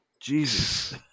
Jesus